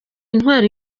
intwaro